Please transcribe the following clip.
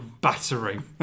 battering